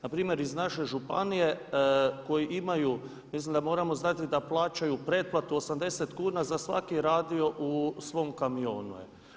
Na primjer iz naše županije koji imaju mislim da moramo znati da plaćaju pretplatu 80 kn za svaki radio u svom kamionu.